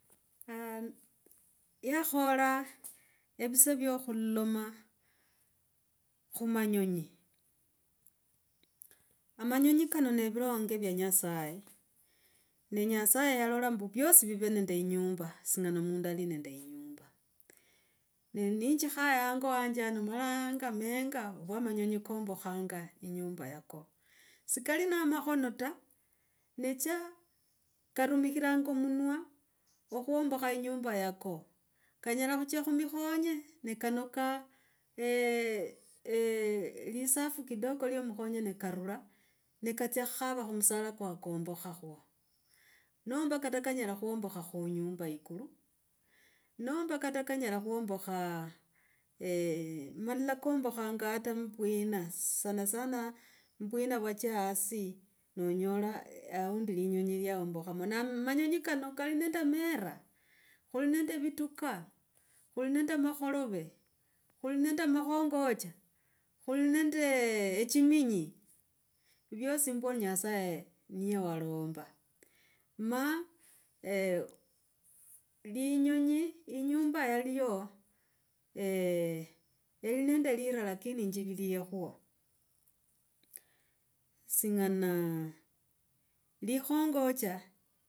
yakhola evisaa vya khuloloma, khu manyonyi. A manyo kano ne virange vya nyasaye, ne nyasaye yalola ombu vyosi vive nende inyumba, singana mundu ali nendo inyumba, ne ninjikhale hango wanjo hano malanga menga vwa manyonyi kombakhanga inyumba yako. Sikali na makhona ta, nesha, karumikhiranga omunwa okhuombakha inyumba yako. Kanyola khucha khumikhonye ne kanoka elisafu kidogo iyo mukhonye nikarula nikatsia. Khumusala ka kombokhakho. Nomba kata kanyela khuombokha khuinyumba ikulu, nomba kata kanyela khuombokha eeh, malala kombokhanga hata mu vwina sanasana muvwina vwacha hasi, nanyola haundi linyonyi lyaombokhamo. Na manyonyi kane kali nende mera, khuli nende vituka, khuli nende makholove, khuli nende makhongocha, khuli nende eeh, emichiminyi vyosi mbwo nyasaye niyewalonga. Ma eeh linyonyi inyumba yalyo eeh, eli nende lira lakini njikiliekhwo, singanaa likhongocha.